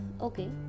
okay